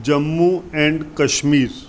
Jammu and Kashmir